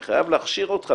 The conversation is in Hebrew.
אני חייב להכשיר אותך,